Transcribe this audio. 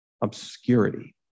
obscurity